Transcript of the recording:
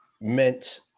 meant